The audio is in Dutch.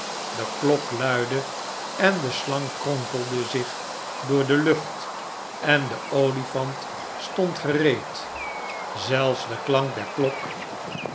de klok luidde en de slang kronkelde zich door de lucht en de olifant stond gereed zelfs de klank der klok